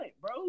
bro